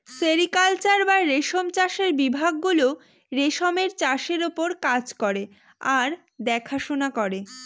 sericulture বা রেশম চাষের বিভাগ গুলো রেশমের চাষের ওপর কাজ করে আর দেখাশোনা করে